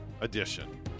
edition